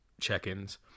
check-ins